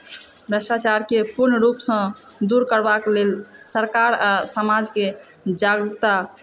भ्रष्टाचारके पूर्ण रुपसँ दूर करबाक लेल सरकार समाजके जागरूकता